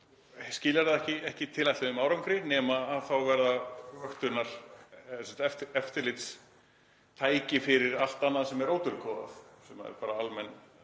skilar það ekki tilætluðum árangri nema að þá verða eftirlitstæki fyrir allt annað sem er ódulkóðað, sem eru bara almenn